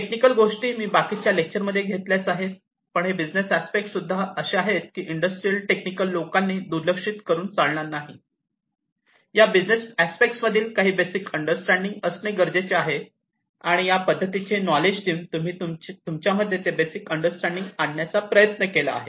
technical गोष्टी मी बाकीच्या लेक्चर मध्ये घेतल्याच आहेत पण हे बिझनेस अस्पेक्ट्स सुद्धा असे आहेत कि ते इंडस्ट्रीतील टेक्निकल लोकांनी दुर्लक्षित करून चालणार नाही तर या बिजनेस अस्पेक्टबद्दल काही बेसिक अंडरस्टँडिंग असणे गरजेचे आहे आणि या पद्धतीचे नॉलेज देऊन आम्ही तुमच्यामध्ये ते बेसिक अंडरस्टँडिंग आणण्याचा प्रयत्न केला आहे